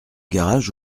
garage